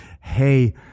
hey